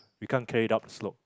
we can't carry it upslope